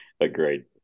Agreed